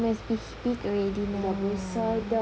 he must be big already now